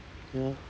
ya